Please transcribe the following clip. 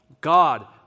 God